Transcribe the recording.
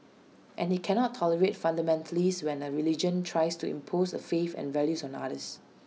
and he cannot tolerate fundamentalists when A religion tries to impose A faith and values on others